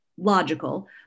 Logical